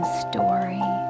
story